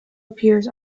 appears